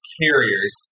carriers